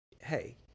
hey